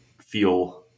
feel